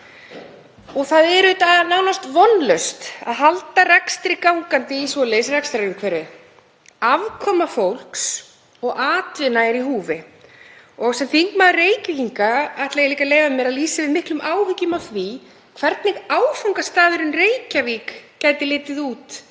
Það er nánast vonlaust að halda rekstri gangandi í svoleiðis rekstrarumhverfi. Afkoma fólks og atvinna er í húfi. Sem þingmaður Reykvíkinga ætla ég líka að leyfa mér að lýsa yfir miklum áhyggjum af því hvernig áfangastaðurinn Reykjavík gæti litið út,